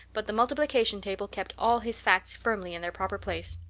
but the multiplication table kept all his facts firmly in their proper place!